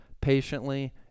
patiently